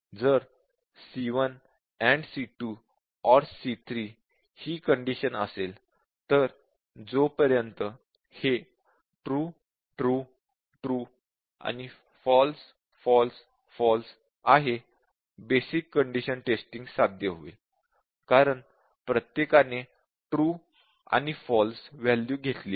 जर c1 AND c2 OR c3 ही condition असेल तर जोपर्यंत हे ट्रू ट्रू ट्रू आणि फॉल्स फॉल्स फॉल्स आहे बेसिक कंडिशन टेस्टिंग साध्य होईल कारण प्रत्येकाने ट्रू आणि फॉल्स वॅल्यू घेतली आहे